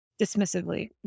dismissively